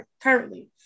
currently